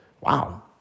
Wow